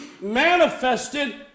manifested